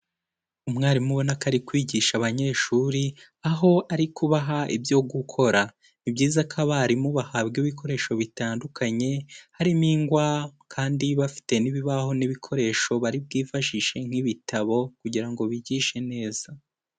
Umwarimu ubona ko ari kwigisha abanyeshuri, aho ari kubaha ibyo gukora. Ni byiza ko abarimu bahabwa ibikoresho bitandukanye, harimo ingwa kandi bafite n'ibibaho n'ibikoresho bari bwifashishe nk'ibitabo kugira ngo bigishe neza.